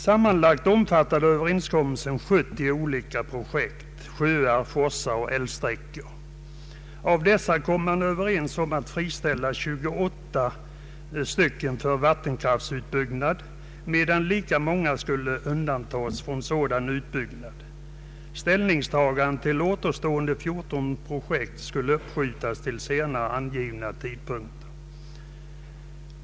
Sammanlagt omfattade överenskommelsen 70 olika projekt, sjöar, forsar och älvsträckor. Av dessa kom man överens om att friställa 28 för vattenkraftsutbyggnad, medan lika många skulle undantas från sådan utbyggnad. Ställningstagandet till återstående 14 projekt skulle uppskjutas till senare närmare angivna tidpunkter.